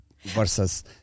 Versus